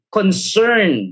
concern